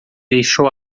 deixou